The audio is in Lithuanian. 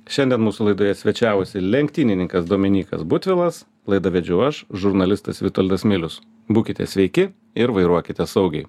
šiandien mūsų laidoje svečiavosi lenktynininkas dominykas butvilas laidą vedžiau aš žurnalistas vitoldas milius būkite sveiki ir vairuokite saugiai